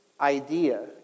idea